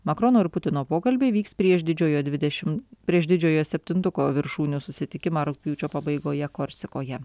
makrono ir putino pokalbiai vyks prieš didžiojo dvidešim prieš didžiojo septintuko viršūnių susitikimą rugpjūčio pabaigoje korsikoje